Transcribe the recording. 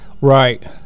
right